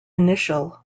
initial